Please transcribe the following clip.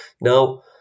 now